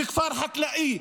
בכפר חקלאי,